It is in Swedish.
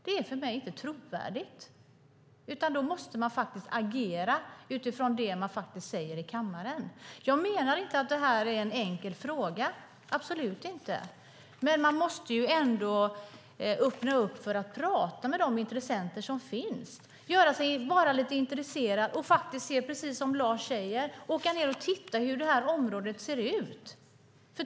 Det är inte trovärdigt. Då måste man agera utifrån det man säger i kammaren. Jag menar absolut inte att det här är en enkel fråga. Men man måste ändå öppna för att tala med de intressenter som finns, vara lite intresserad och, som Lars Johansson säger, titta på hur området ser ut.